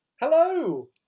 Hello